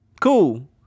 cool